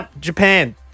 Japan